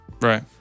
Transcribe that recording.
right